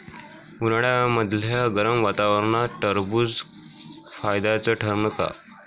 उन्हाळ्यामदल्या गरम वातावरनात टरबुज फायद्याचं ठरन का?